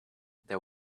there